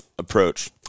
Approach